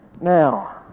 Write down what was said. Now